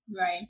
right